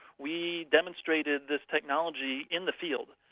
we demonstrated this technology in the field.